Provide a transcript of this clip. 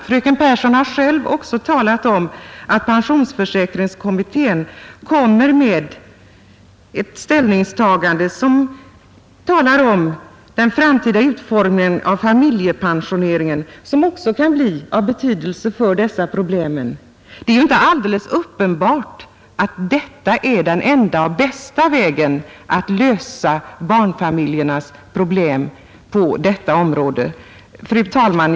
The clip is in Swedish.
Fröken Pehrsson har själv talat om att pensionsförsäkringskommittén kommer med ett ställningstagande beträffande den framtida utformningen av familjepensioneringen, som också kan bli av betydelse för familjen. Det är ju inte alldeles uppenbart att den väg motionärerna anvisat är den enda eller bästa vägen att lösa barnfamiljernas problem på detta område. Fru talman!